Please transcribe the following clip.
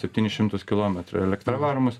septynis šimtus kilometrų elektra varomus